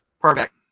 Perfect